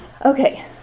Okay